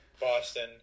Boston